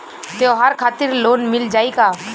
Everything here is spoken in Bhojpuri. त्योहार खातिर लोन मिल जाई का?